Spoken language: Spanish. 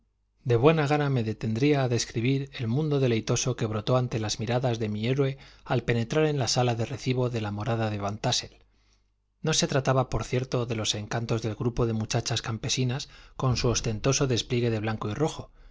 de buena gana me detendría a describir el mundo deleitoso que brotó ante las miradas de mi héroe al penetrar en la sala de recibo de la morada de van tássel no se trataba por cierto de los encantos del grupo de muchachas campesinas con su ostentoso despliegue de blanco y rojo